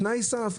תנאי סף,